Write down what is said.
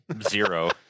zero